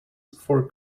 for